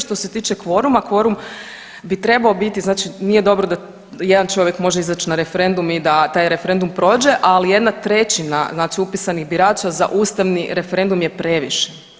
Što se tiče kvoruma, kvorum bi trebao biti znači nije dobro da jedan čovjek može izaći na referendum i da taj referendum prođe, ali 1/3 znači upisanih birača za ustavni referendum je previše.